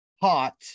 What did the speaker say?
hot